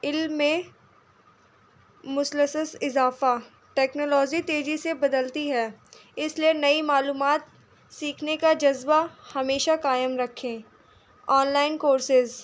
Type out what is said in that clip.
علم میں مسلسل اضافہ ٹیکنالوجی تیزی سے بدلتی ہے اس لیے نئی معلومات سیکھنے کا جذبہ ہمیشہ قائم رکھیں آن لائن کورسز